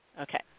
Okay